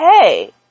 hey